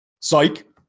Psych